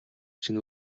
чинь